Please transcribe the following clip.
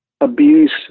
abuse